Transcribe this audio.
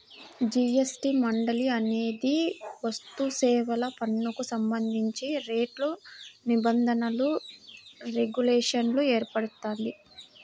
GST మండలి అనేది వస్తుసేవల పన్నుకు సంబంధించిన రేట్లు, నిబంధనలు, రెగ్యులేషన్లను ఏర్పరుస్తుంది